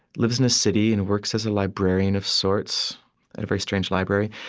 lives in a city and works as a librarian of sorts at a very strange library.